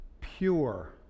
pure